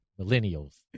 millennials